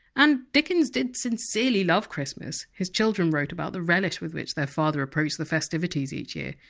and, dickens did sincerely love christmas his children wrote about the relish with which their father approached the festivities each year.